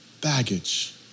baggage